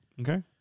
Okay